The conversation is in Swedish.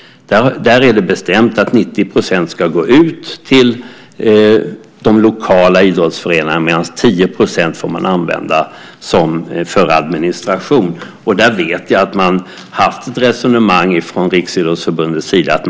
Där är det bestämt att 90 % ska gå ut till de lokala idrottsföreningarna, medan 10 % får användas till administration. Jag vet att man från Riksidrottsförbundets sida har haft ett resonemang om det.